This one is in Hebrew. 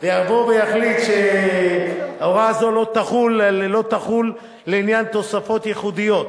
ויבוא ויחליט שההוראה הזאת לא תחול לעניין תוספות ייחודיות